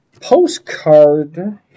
postcard